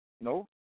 no